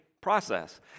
process